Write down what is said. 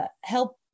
help